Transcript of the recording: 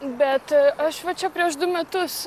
bet aš va čia prieš du metus